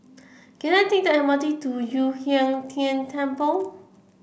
can I take the M R T to Yu Huang Tian Temple